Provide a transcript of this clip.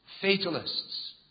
fatalists